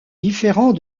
différents